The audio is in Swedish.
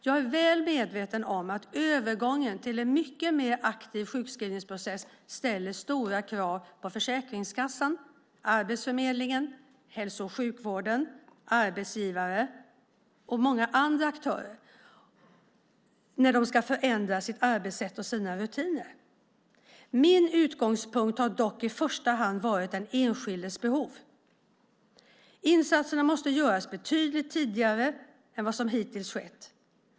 Jag är väl medveten om att övergången till en mycket mer aktiv sjukskrivningsprocess ställer stora krav på Försäkringskassan, Arbetsförmedlingen, hälso och sjukvården, arbetsgivare och många andra aktörer när de ska förändra sina arbetssätt och rutiner. Min utgångspunkt har dock i första hand varit den enskildes behov. Insatser måste göras betydligt tidigare än vad som hittills skett.